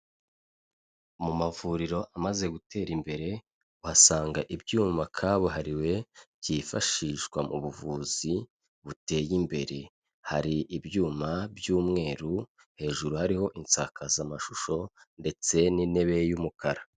Mu mavuriro amaze gutera imbere, uhasanga ibyuma kabuhariwe byifashishwa mu buvuzi buteye imbere, hari ibyuma by'umweru hejuru hariho insakazamashusho ndetse n'intebe y'umukara.